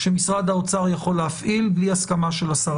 שמשרד האוצר יכול להפעיל בלי הסכמה של השר